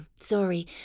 sorry